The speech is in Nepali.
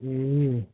ए